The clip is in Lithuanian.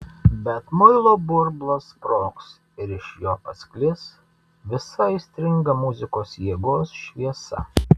bet muilo burbulas sprogs ir iš jo pasklis visa aistringa muzikos jėgos šviesa